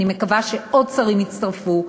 אני מקווה שעוד שרים יצטרפו,